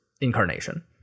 incarnation